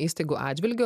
įstaigų atžvilgiu